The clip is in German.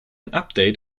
update